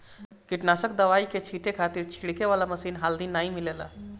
कीटनाशक दवाई के छींटे खातिर छिड़के वाला मशीन हाल्दी नाइ मिलेला